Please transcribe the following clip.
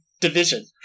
division